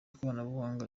ikoranabuhanga